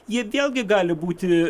jie vėlgi gali būti